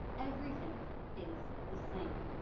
everything is the same.